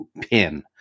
pin